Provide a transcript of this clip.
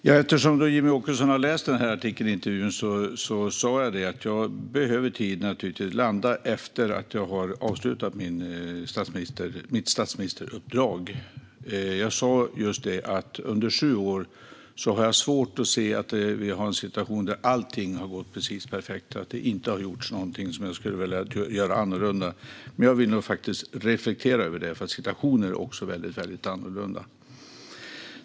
Herr talman! Eftersom Jimmie Åkesson har läst artikeln med intervjun såg han att jag sa att jag behöver tid att landa efter att jag har avslutat mitt statsministeruppdrag. Jag sa att jag under sju år har svårt att se att vi har en situation där allting har gått precis perfekt och att det inte har gjorts någonting som jag skulle ha velat göra annorlunda. Men jag vill nog reflektera över det, för situationer är väldigt annorlunda.